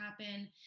happen